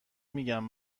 میگم